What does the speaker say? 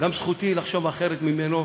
גם זכותי לחשוב אחרת ממנו,